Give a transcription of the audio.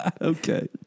Okay